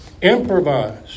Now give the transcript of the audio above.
Improvise